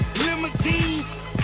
Limousines